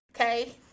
Okay